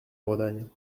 bretagne